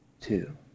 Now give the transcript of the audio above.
two